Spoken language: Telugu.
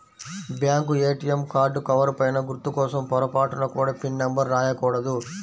బ్యేంకు ఏటియం కార్డు కవర్ పైన గుర్తు కోసం పొరపాటున కూడా పిన్ నెంబర్ రాయకూడదు